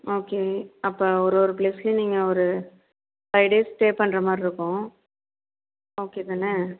okay அப்போ ஒரு ஒரு பிளேஸ்லையும் நீங்கள் ஒரு ஃபைவ் டேஸ் ஸ்டே பண்ணுறமாரி இருக்கும் ஓகே தானே